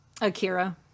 Akira